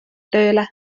tööle